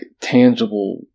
tangible